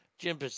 Jim